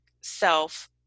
self